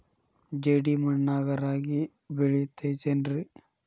ಜೇಡಿ ಮಣ್ಣಾಗ ರಾಗಿ ಬೆಳಿತೈತೇನ್ರಿ?